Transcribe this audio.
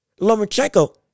Lomachenko